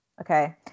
okay